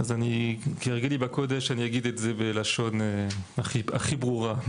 אז כהרגלי בקודש, אני אגיד את זה בלשון הכי ברורה.